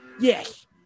Yes